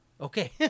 Okay